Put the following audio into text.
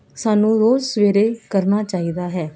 ਸਾਨੂੰ ਰੋਜ਼ ਸਵੇਰੇ ਕਰਨਾ ਚਾਹੀਦਾ ਹੈ